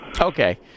Okay